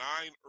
nine